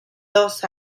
dos